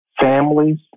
families